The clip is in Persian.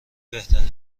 بهترین